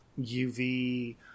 uv